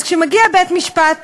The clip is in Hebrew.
אז כשמגיע בית-המשפט